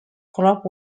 crop